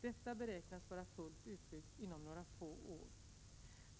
Detta beräknas vara fullt utbyggt inom några få år.